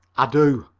i do.